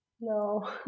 No